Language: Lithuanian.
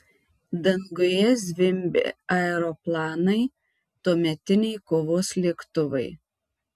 danguje zvimbė aeroplanai tuometiniai kovos lėktuvai